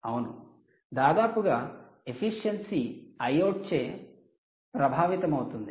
అవును దాదాపుగా efficiency Iout చే ప్రభావితమవుతుంది